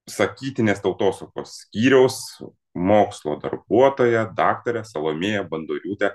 sakytinės tautosakos skyriaus mokslo darbuotoją daktarę salomėją bandoriūtę